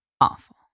awful